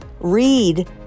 read